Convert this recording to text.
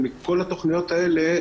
ובכל התכניות האלה,